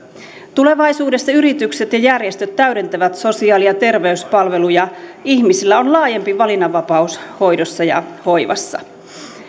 tulevaisuudessa yritykset ja järjestöt täydentävät sosiaali ja terveyspalveluja ihmisillä on laajempi valinnanvapaus hoidossa ja hoivassa